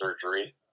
Surgery